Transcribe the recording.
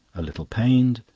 a little pained,